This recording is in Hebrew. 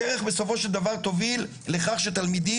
הדרך בסופו של דבר תוביל לכך שתלמידים